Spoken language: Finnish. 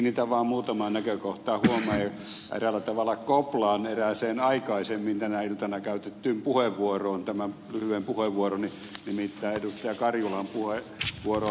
kiinnitän vaan muutamaan näkökohtaan huomiota ja eräällä tavalla koplaan erääseen aikaisemmin tänä iltana käytettyyn puheenvuoroon tämän lyhyen puheenvuoroni nimittäin ed